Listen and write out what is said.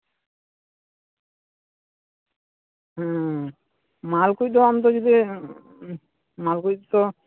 ᱢᱟᱞᱠᱚ ᱫᱚ ᱟᱢ ᱫᱚ ᱡᱩᱫᱤ ᱢᱟᱞ ᱠᱚ ᱠᱚ